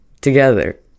together